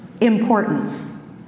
importance